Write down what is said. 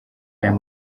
ayo